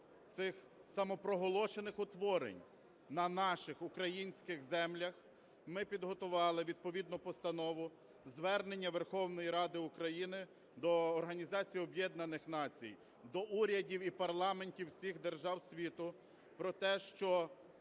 цих самопроголошених утворень на наших українських землях, ми підготували відповідну Постанову про Звернення Верховної Ради України до Організації Об'єднаних Націй, до урядів і парламентів всіх держав світу про те, що